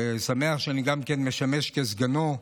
אני שמח שאני משמש כסגנו,